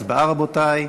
הצבעה, רבותי.